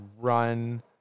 run